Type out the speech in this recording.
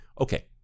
Okay